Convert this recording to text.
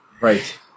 Right